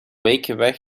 weken